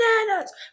bananas